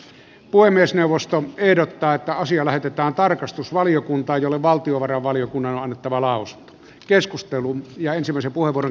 puhemiesneuvosto ehdottaa että asia lähetetään tarkastusvaliokuntaan jolle valtiovarainvaliokunnan on annettava lausunto